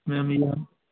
ma'am